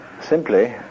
simply